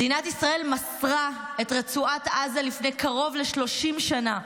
מדינת ישראל מסרה את רצועה עזה לפני קרוב ל-30 שנה.